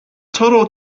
total